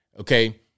Okay